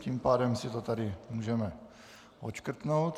Tím pádem si to tady můžeme odškrtnout.